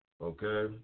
okay